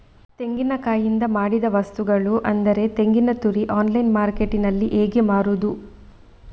ತೆಂಗಿನಕಾಯಿಯಿಂದ ಮಾಡಿದ ವಸ್ತುಗಳು ಅಂದರೆ ತೆಂಗಿನತುರಿ ಆನ್ಲೈನ್ ಮಾರ್ಕೆಟ್ಟಿನಲ್ಲಿ ಹೇಗೆ ಮಾರುದು?